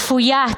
שפויה,